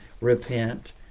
repent